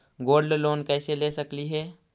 Gold loan कैसे ले सकली हे?